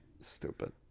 Stupid